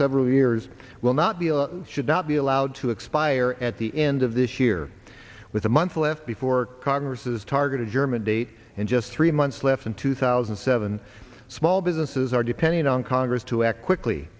several years will not be a should not be allowed to expire at the end of this year with a month left before congress is targeted germinate and just three months left in two thousand and seven small businesses are depending on congress to act quickly